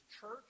church